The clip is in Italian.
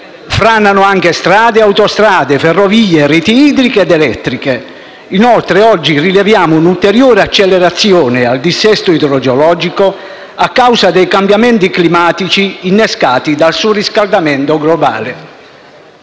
Franano anche strade e autostrade, ferrovie, reti idriche ed elettriche. Inoltre, oggi rileviamo un'ulteriore accelerazione del dissesto idrogeologico, a causa dei cambiamenti climatici innescati dal surriscaldamento globale.